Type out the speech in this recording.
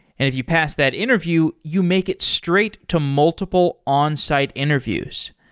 if you pass that interview, you make it straight to multiple onsite interviews.